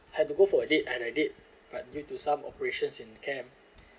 had to go for a date and I did but due to some operations in camp